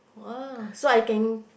!wah! so I can